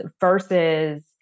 versus